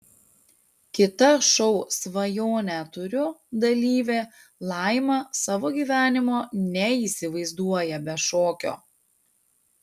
kita šou svajonę turiu dalyvė laima savo gyvenimo neįsivaizduoja be šokio